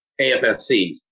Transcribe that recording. AFSCs